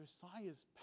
Josiah's